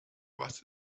was